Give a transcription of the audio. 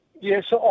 Yes